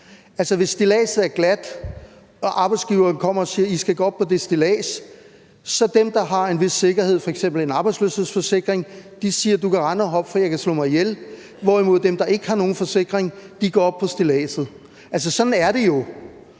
hvis stilladset er glat og arbejdsgiveren kommer og siger, at man skal gå op på det stillads, så vil dem, der har en vis sikkerhed, f.eks. en arbejdsløshedsforsikring, sige, at arbejdsgiveren kan rende og hoppe, for man kan slå sig ihjel, hvorimod dem, der ikke har nogen forsikring, går op på stilladset. Altså, sådan er det jo.